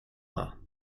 law